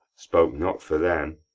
spoke not for them.